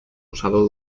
usado